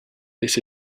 this